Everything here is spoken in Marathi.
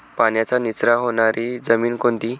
पाण्याचा निचरा होणारी जमीन कोणती?